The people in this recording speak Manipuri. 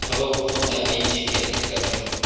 ꯊꯕꯛ ꯃꯐꯝꯗ ꯑꯩ ꯖꯦꯀꯦꯠ ꯂꯤꯠꯀꯗ꯭ꯔꯥ